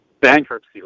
bankruptcy